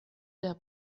der